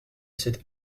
cette